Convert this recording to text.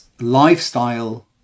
lifestyle